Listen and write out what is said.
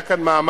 היה כאן מאמץ,